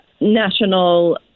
national